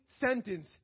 sentence